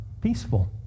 peaceful